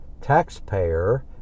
taxpayer